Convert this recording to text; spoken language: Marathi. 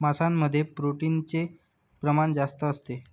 मांसामध्ये प्रोटीनचे प्रमाण जास्त असते